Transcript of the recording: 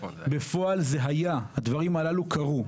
בפועל זה היה, הדברים הללו קרו.